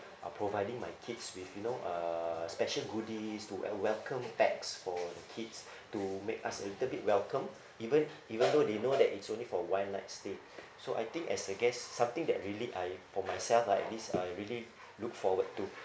uh providing my kids with you know uh special goodies to wel~ welcome packs for kids to make us a little bit welcomed even even though they know that it's only for one night stay so I think as a guest something that really I for myself like this I really look forward to